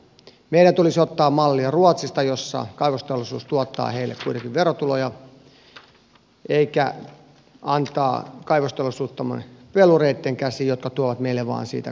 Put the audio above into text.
meidän tulisi ottaa mallia ruotsista jossa kaivosteollisuus tuottaa heille kuitenkin verotuloja eikä antaa kaivosteollisuuttamme pelureitten käsiin jotka tuovat meille siitä vain kustannuksia